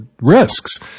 risks